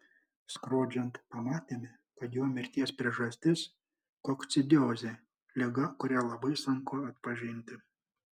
skrodžiant pamatėme kad jo mirties priežastis kokcidiozė liga kurią labai sunku atpažinti